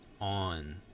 on